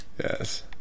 Yes